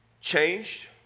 changed